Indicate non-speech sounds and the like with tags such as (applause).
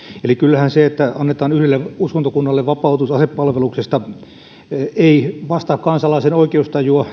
eli eihän se että annetaan yhdelle uskontokunnalle vapautus asepalveluksesta vastaa kansalaisen oikeustajua (unintelligible)